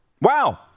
wow